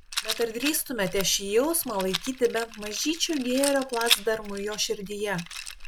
bet ar drįstumėme šį jausmą laikyti bent mažyčiu gėrio placdarmu jo širdyje